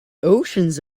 oceans